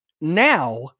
now